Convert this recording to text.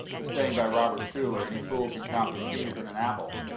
this saying by robert schuller, any fool can count the seeds in an apple,